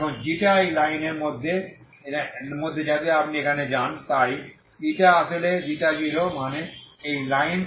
এখন ξ এই লাইনের মধ্যে এই লাইনের মধ্যে যাতে আপনি এখানে যান তাই আসলে 0 মানে এই লাইন এই লাইন